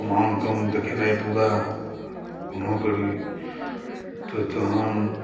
समान कम देखेनाए पूरा कोना करी तऽ तहन